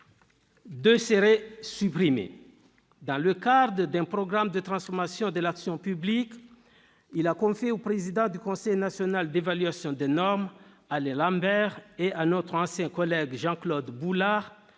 deux seraient supprimées. Dans le cadre d'un programme de transformation de l'action publique, il a confié au président du Conseil national d'évaluation des normes, Alain Lambert, et à notre ancien collègue Jean-Claude Boulard